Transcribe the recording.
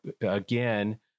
again